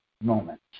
moment